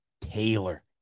Taylor